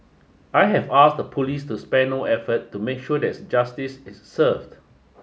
I have asked the police to spare no effort to make sure that justice is served